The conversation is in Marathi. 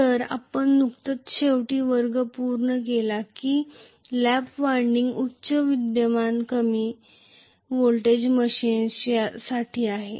तर आपण नुकताच शेवटचा वर्ग पूर्ण केला की लॅप वायंडिंग उच्च विद्यमान कमी व्होल्टेज मशीनसाठी आहे